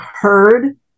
heard